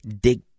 dig